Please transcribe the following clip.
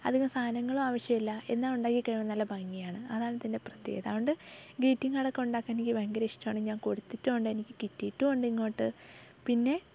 അധികം സാധനങ്ങളും ആവശ്യമില്ല എന്നാൽ ഉണ്ടാക്കി കഴിഞ്ഞാൽ നല്ല ഭംഗിയാണ് അതാണിതിൻ്റെ പ്രത്യേകത അതുകൊണ്ട് ഗ്രീറ്റിങ് കാർഡ് ഒക്കെ ഉണ്ടാക്കാൻ എനിക്ക് ഭയങ്കര ഇഷ്ടമാണ് ഞാൻ കൊടുത്തിട്ടുമുണ്ട് എനിക്ക് കിട്ടിയിട്ടുമുണ്ട് ഇങ്ങോട്ട് പിന്നെ